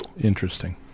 Interesting